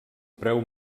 preu